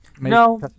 No